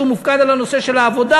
שהוא מופקד על הנושא של העבודה.